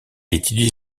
étudie